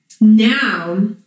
now